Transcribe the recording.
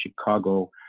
Chicago